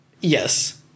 Yes